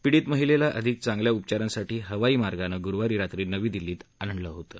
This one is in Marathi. पीडित महिलेला अधिक चांगल्या उपचारांसाठी हवाई मार्गानं गुरुवारी रात्री नवी दिल्लीत आणण्यात आलं होतं